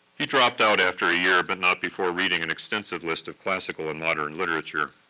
he dropped out after a year, but not before reading an extensive list of classical and modern literature,